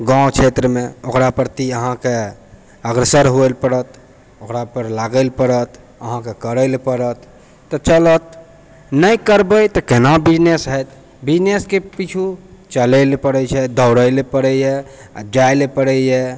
गाँव क्षेत्रमे ओकरा प्रति अहाँके अग्रसर हुवै लए पड़त ओकरा पर लागै लए पड़त अहाँके करै लए पड़त तऽ चलत नहि करबै तऽ केना बिजनेस होयत बिजनेसके पीछू चलै लए पड़ै छै दौड़ै लए पड़ै यऽ आओर जाइ लए पड़ैए